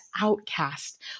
outcast